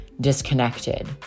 disconnected